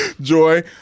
Joy